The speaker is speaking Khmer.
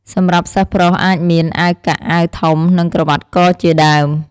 សម្រាប់សិស្សប្រុស អាចមាន អាវកាក់ អាវធំ និងក្រវ៉ាត់កជាដើម។